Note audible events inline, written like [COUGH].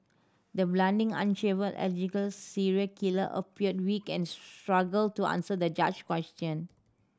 the balding unshaven [UNINTELLIGIBLE] serial killer appeared weak and struggled to answer the judge question